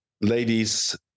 ladies